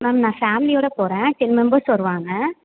ma'am நான் ஃபேமிலியோடு போகிறேன் டென் மெம்பர்ஸ் வருவாங்க